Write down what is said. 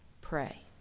pray